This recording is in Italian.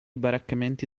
baraccamenti